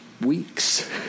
weeks